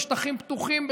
בשטחים פתוחים?